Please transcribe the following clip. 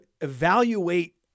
evaluate